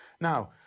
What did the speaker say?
Now